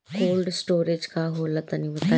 Cold storage का होला तनि बताई?